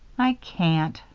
i can't,